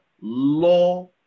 law